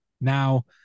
Now